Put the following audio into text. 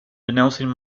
denouncing